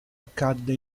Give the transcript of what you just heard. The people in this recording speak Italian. accadde